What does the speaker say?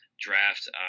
draft